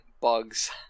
bugs